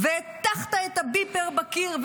והטחת את הביפר בקיר,